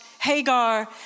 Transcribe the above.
Hagar